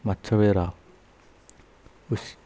मातसो वेळ राव उस